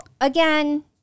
again